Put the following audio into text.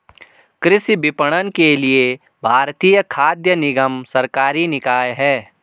कृषि विपणन के लिए भारतीय खाद्य निगम सरकारी निकाय है